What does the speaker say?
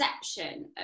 perception